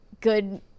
good